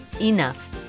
enough